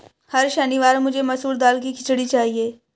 हर शनिवार मुझे मसूर दाल की खिचड़ी चाहिए